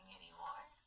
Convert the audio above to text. anymore